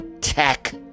tech